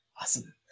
Awesome